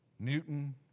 Newton